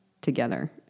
together